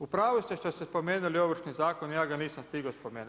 U pravu ste što ste spomenuli Ovršni zakon, ja ga nisam stigao spomenuti.